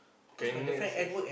can eh search